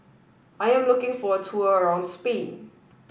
I am looking for a tour around Spain